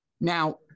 Now